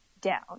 down